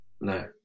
No